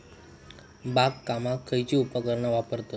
बागकामाक खयची उपकरणा वापरतत?